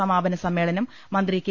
സമാപന സമ്മേളനം മന്ത്രി കെ